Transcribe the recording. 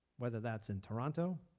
whether that's in toronto,